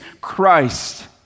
Christ